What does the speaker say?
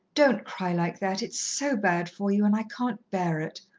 don't cry like that it's so bad for you and i can't bear it.